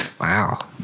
Wow